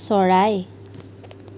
চৰাই